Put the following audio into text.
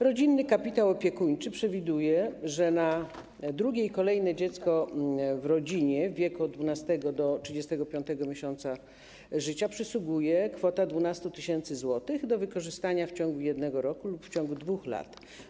Rodzinny kapitał opiekuńczy˝ przewiduje, że na drugie i kolejne dziecko w rodzinie w wieku od 12. do 35. miesiąca życia przysługuje kwota 12 tys. zł do wykorzystania w ciągu jednego roku lub w ciągu 2 lat.